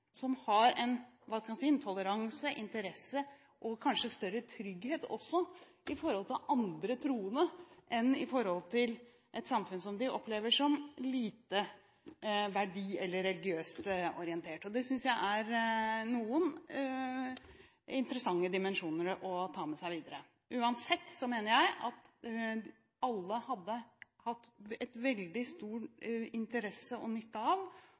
som har – hva skal jeg si – en toleranse, en interesse og kanskje også større trygghet overfor andre troende enn overfor et samfunn som de opplever som lite verdi- eller religiøst orientert. Det synes jeg er noen interessante dimensjoner å ta med seg videre. Uansett mener jeg at alle hadde hatt veldig stor interesse og nytte av å se innsiden av en moské, se innsiden av en kirke, se innsiden av